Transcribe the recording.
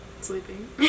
Sleeping